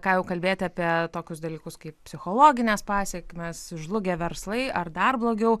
ką jau kalbėti apie tokius dalykus kaip psichologines pasekmes žlugę verslai ar dar blogiau